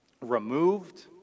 removed